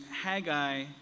Haggai